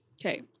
Okay